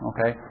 Okay